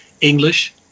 English